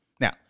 Now